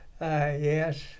yes